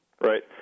Right